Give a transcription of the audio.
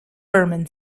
berman